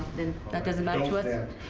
then that doesn't matter to us.